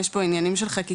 יש פה עניינים של חקיקה,